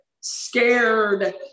scared